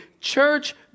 Church